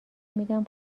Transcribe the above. میدم